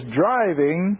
driving